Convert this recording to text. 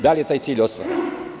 Da li je taj cilj ostvaren?